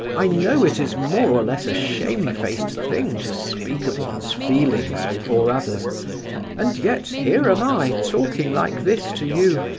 i know it is more or less a shamefaced thing to speak of one's feelings before others and yet here am i talking like this to you,